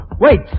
Wait